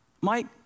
Mike